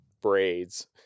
braids